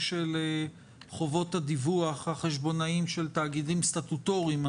של חובות הדיווח החשבונאיים של תאגידים סטטוטוריים.